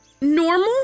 normal